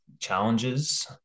challenges –